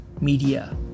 media